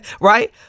right